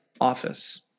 office